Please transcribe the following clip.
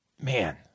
Man